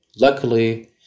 Luckily